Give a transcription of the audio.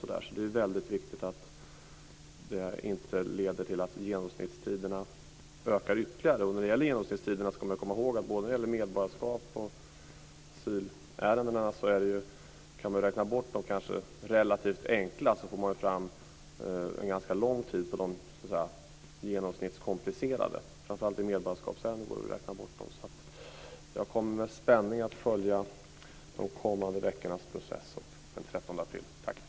Det är väldigt viktigt att det inte leder till att genomsnittstiderna ökar ytterligare. När det gäller genomsnittstiderna ska man komma ihåg att man när det gäller både medborgarskapsärenden och asylärendena kan räkna bort de relativt enkla ärendena. Då får man fram en ganska lång tid för de genomsnittskomplicerade. Framför allt när det gäller medborgarskapsärenden går det att räkna bort en del. Jag kommer med spänning att följa de kommande veckornas process och ser fram emot den 13 april.